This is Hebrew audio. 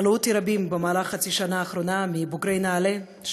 שאלו אותי רבים במהלך חצי השנה האחרונה מבוגרי נעל"ה,